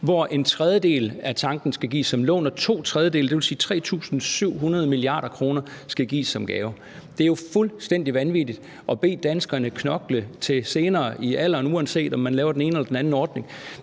at en tredjedel skal gives som lån og to tredjedele, dvs. 3.700 mia. kr., skal gives som gave. Det er jo fuldstændig vanvittigt at bede danskerne knokle til højere op i alderen, uanset om man laver den ene eller den anden ordning,